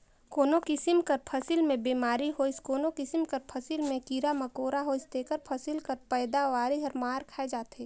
कोनो किसिम कर फसिल में बेमारी होइस कोनो किसिम कर फसिल में कीरा मकोरा होइस तेकर फसिल कर पएदावारी हर मार खाए जाथे